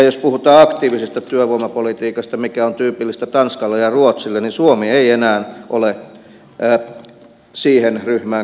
jos puhutaan aktiivisesta työvoimapolitiikasta mikä on tyypillistä tanskalle ja ruotsille niin suomi ei enää ole siihen ryhmään kuuluva maa